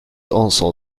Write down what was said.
also